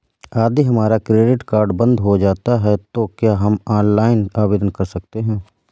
यदि हमारा credit card बंद हो जाता है तो क्या हम ऑनलाइन आवेदन कर सकते हैं?